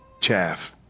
chaff